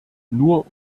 nur